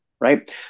right